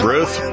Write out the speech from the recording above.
Ruth